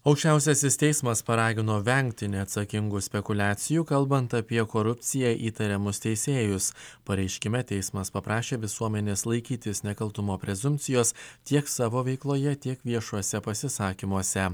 aukščiausiasis teismas paragino vengti neatsakingų spekuliacijų kalbant apie korupcija įtariamus teisėjus pareiškime teismas paprašė visuomenės laikytis nekaltumo prezumpcijos tiek savo veikloje tiek viešuose pasisakymuose